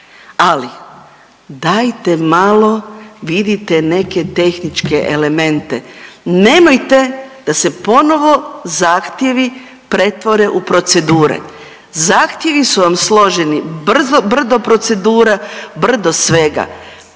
ali dajte malo vidite neke tehničke elemente, nemojte da se ponovo zahtjevi pretvore u procedure, zahtjevi su vam složeni, brdo procedura, brdo svega.